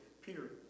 Peter